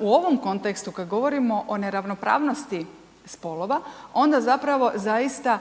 u ovom kontekstu kad govorimo o neravnopravnosti spolova, onda zapravo zaista